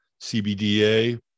CBDA